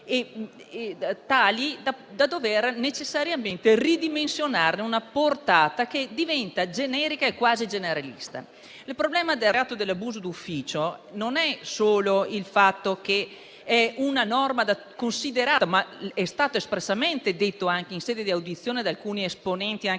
del tempo da dover necessariamente ridimensionarne una portata che diventa generica e quasi generalista. Il problema del reato dell'abuso d'ufficio non è dato dal fatto che è una misura considerata - come espressamente detto anche in sede di audizione da alcuni esponenti della